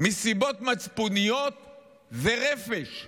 זה רפש.